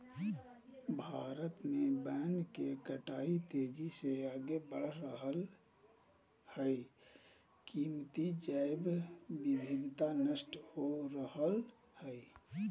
भारत में वन के कटाई तेजी से आगे बढ़ रहल हई, कीमती जैव विविधता नष्ट हो रहल हई